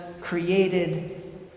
created